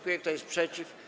Kto jest przeciw?